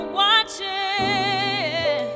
watching